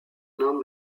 homme